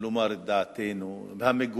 לומר את דעתנו המגוונת,